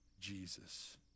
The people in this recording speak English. Jesus